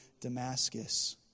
Damascus